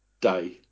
day